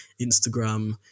Instagram